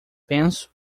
penso